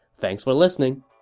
thanks for listening